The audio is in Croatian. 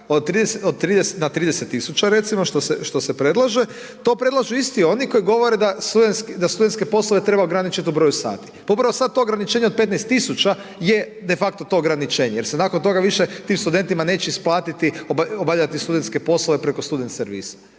na 30 tisuća recimo što se predlaže to predlažu isti oni koji govore da studentske poslove treba ograničiti u broju sati. Pa upravo sada to ograničenje od 15 tisuća je de facto to ograničenje jer se nakon toga više tim studentima neće isplatiti obavljati studentske poslove preko studen servisa.